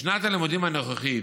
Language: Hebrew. בשנת הלימודים הנוכחית,